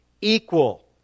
equal